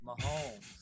Mahomes